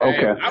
Okay